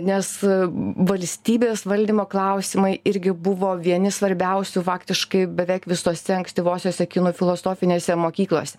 nes valstybės valdymo klausimai irgi buvo vieni svarbiausių faktiškai beveik visose ankstyvosiose kinų filosofinėse mokyklose